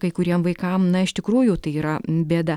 kai kuriem vaikam na iš tikrųjų tai yra bėda